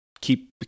keep